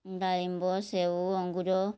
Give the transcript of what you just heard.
ଡାଳିମ୍ବ ସେଓ ଅଙ୍ଗୁର